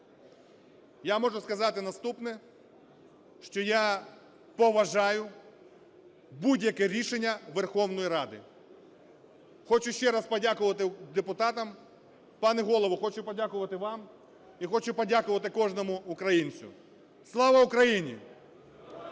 Я можу сказати наступне, що я поважаю будь-яке рішення Верховної Ради. Хочу ще раз подякувати депутатам. Пане Голово, хочу подякувати вам. І хочу подякувати кожному українцю. Слава Україні!